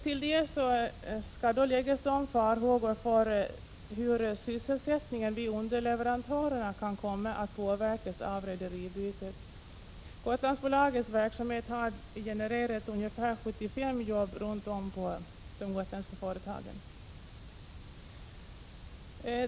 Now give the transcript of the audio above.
Till detta skall då läggas farhågor för hur sysselsättningen hos underleverantörerna kan komma att påverkas av rederibytet. Gotlandsbolagets verksamhet har genererat ungefär 75 jobb runt om på de gotländska företagen.